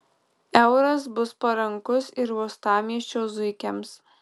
euras bus parankus ir uostamiesčio zuikiams